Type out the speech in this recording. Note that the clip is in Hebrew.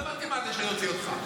לא הבנתי, מה זה "להוציא אותו"?